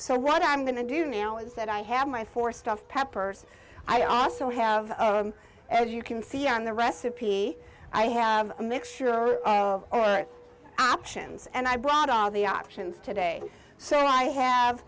so what i'm going to do now is that i have my four stuffed peppers i also have as you can see on the recipe i have a mixture of all our options and i brought all the options today so i have